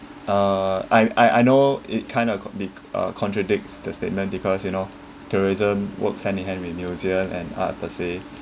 uh I I I know it kind of de~ uh contradicts the statement because you know tourism works hand in hand with museums and art per se